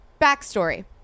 Backstory